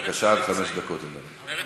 בבקשה, עד חמש דקות, אדוני.